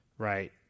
right